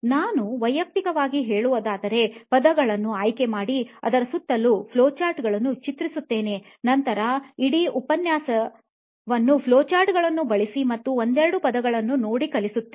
ನಾನು ವೈಯಕ್ತಿಕವಾಗಿ ಹೇಳುವುದಾದರೆ ಪದಗಳನ್ನೂ ಆಯ್ಕೆ ಮಾಡಿ ಅದರ ಸುತ್ತಲೂ ಫ್ಲೋಚಾರ್ಟ್ಗಳನ್ನು ಚಿತ್ರಿಸುತ್ತೇನೆ ನಂತರ ಇಡೀ ಉಪನ್ಯಾಸವನ್ನು ಫ್ಲೋಚಾರ್ಟ್ಗಳನ್ನೂ ಬಳಿಸಿ ಮತ್ತು ಒಂದೆರಡು ಪದಗಳನ್ನೂ ನೋಡಿ ಕಲಿಸುತ್ತೇನೆ